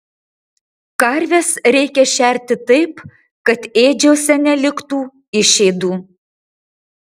karves reikia šerti taip kad ėdžiose neliktų išėdų